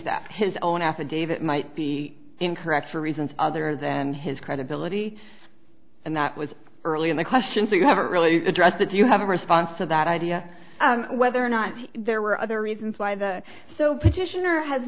that his own affidavit might be incorrect for reasons other than his credibility and that was early in the question so you haven't really addressed the do you have a response to that idea whether or not there were other reasons why the so petitioner has